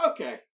Okay